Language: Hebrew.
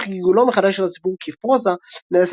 אך גלגולו מחדש של הסיפור כפרוזה נעשה